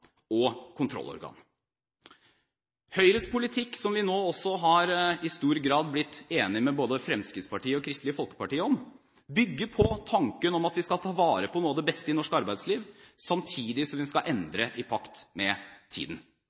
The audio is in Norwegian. og kontrollorgan. Høyres politikk, som vi nå også i stor grad har blitt enige med både Fremskrittspartiet og Kristelig Folkeparti om, bygger på tanken om at vi skal ta vare på noe av det beste i norsk arbeidsliv, samtidig som vi skal endre i pakt med tiden.